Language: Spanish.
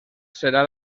será